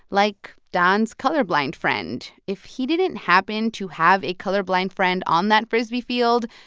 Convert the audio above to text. like don's colorblind friend. if he didn't happen to have a colorblind friend on that frisbee field,